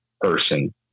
person